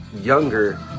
younger